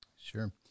Sure